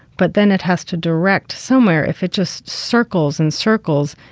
but then it has to direct somewhere. if it just circles in circles.